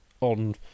on